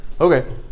Okay